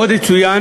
עוד יצוין